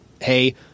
hey